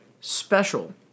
special